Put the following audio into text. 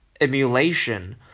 emulation